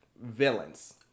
villains